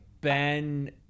Ben